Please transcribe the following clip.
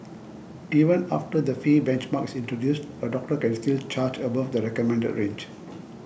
even after the fee benchmark is introduced a doctor can still charge above the recommended range